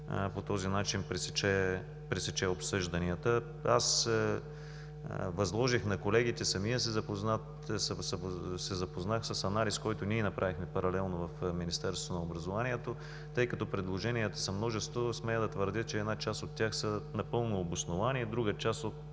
по този начин пресече обсъжданията. Възложих на колегите, запознах се с анализа, който направихме паралелно в Министерството, тъй като предложенията са множество. Смея да твърдя, че една част от тях са напълно обосновани, друга –